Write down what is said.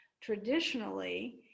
traditionally